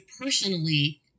personally